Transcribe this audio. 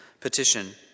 petition